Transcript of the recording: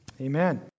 amen